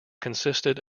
consisted